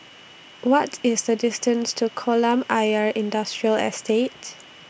What IS The distance to Kolam Ayer Industrial Estates